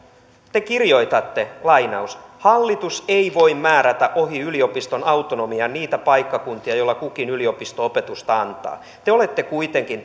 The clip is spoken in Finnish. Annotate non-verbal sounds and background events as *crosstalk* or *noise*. te kirjoitatte että hallitus ei voi määrätä ohi yliopiston autonomian niitä paikkakuntia joilla kukin yliopisto opetusta antaa te olette kuitenkin *unintelligible*